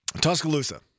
Tuscaloosa